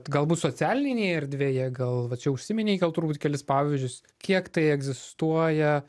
galbūt socialinėj erdvėje gal va čia užsiminei gal turbūt kelis pavyzdžius kiek tai egzistuoja